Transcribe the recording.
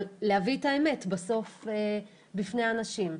אבל להביא את האמת בסוף בפני אנשים.